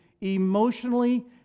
emotionally